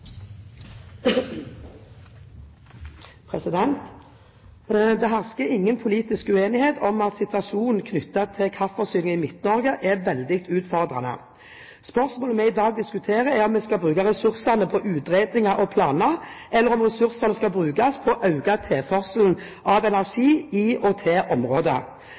dag. Det hersker ingen politisk uenighet om at situasjonen knyttet til kraftforsyningen i Midt-Norge, er veldig utfordrende. Spørsmålet vi i dag diskuterer, er om vi skal bruke ressursene på utredninger og planer, eller om ressursene skal brukes på å øke tilførselen av energi i og til området.